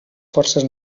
forces